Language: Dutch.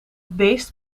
beest